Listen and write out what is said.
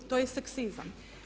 To je seksizam.